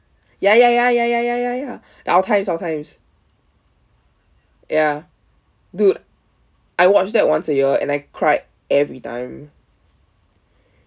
ya ya ya ya ya ya ya ya the our times our times ya dude I watch that once a year and I cried everytime